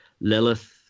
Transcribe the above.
Lilith